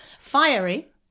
Fiery